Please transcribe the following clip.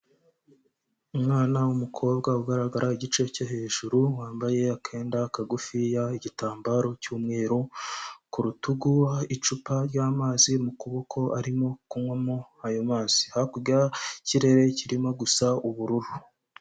Umwana w'umukobwa ugaragara igice cyo hejuru, wambaye akenda kagufiya igitambaro cy'umweru ku rutugu, icupa ryamazi mu kuboko arimo kunywamo ayo mazi, hakurya ikirere kirimo gusa ubururu.